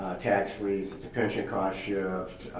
ah tax freeze, it's a pension cost shift,